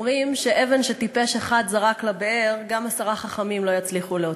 אומרים שאבן שטיפש אחד זרק לבאר גם עשרה חכמים לא יצליחו להוציא.